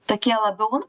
tokie labiau